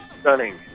Stunning